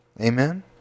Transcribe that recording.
Amen